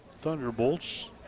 Thunderbolts